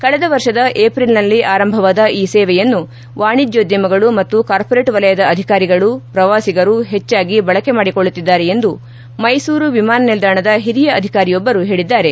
ಕಳೆದ ವರ್ಷದ ಏಪ್ರಿಲ್ನಲ್ಲಿ ಆರಂಭವಾದ ಈ ಸೇವೆಯನ್ನು ವಾಣಿಜ್ಞೋದ್ಧಮಗಳು ಮತ್ತು ಕಾರ್ಹೋರೇಟ್ ವಲಯದ ಅಧಿಕಾರಿಗಳು ಪ್ರವಾಸಿಗರು ಹೆಚ್ಚಾಗಿ ಬಳಕೆ ಮಾಡಿಕೊಳ್ಳುತ್ತಿದ್ದಾರೆ ಎಂದು ಮೈಸೂರು ವಿಮಾನ ನಿಲ್ದಾಣದ ಹಿರಿಯ ಅಧಿಕಾರಿಯೊಬ್ಬರು ಹೇಳಿದ್ದಾರೆ